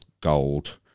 Gold